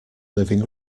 living